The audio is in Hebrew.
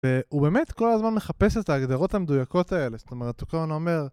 והוא באמת כל הזמן מחפש את ההגדרות המדויקות האלה. זאת אומרת, הוא כל הזמן אומר